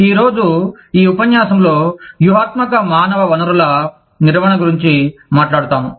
ఈ రోజు ఈ ఉపన్యాసంలో వ్యూహాత్మక మానవ వనరుల నిర్వహణ గురించి మాట్లాడుతాము